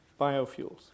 biofuels